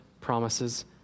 promises